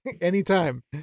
Anytime